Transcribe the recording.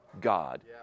God